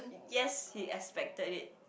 yes he expected it